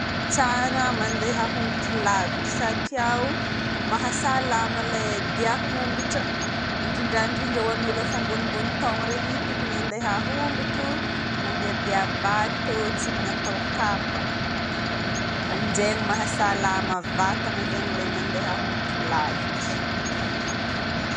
Tsara mandeha ahongotro lavitry satria mahasalama ilay dia an-tongotra. Indrindraindrindra ho an'ny ologna efa ambonimbony taona regny tokony mandehandeha ahongotro, mandehandeha amin'ny vato tsy natao kapa. Aminjay mahasalama vatagna zegny ilay mandeha ahongotro lavitra.